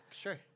sure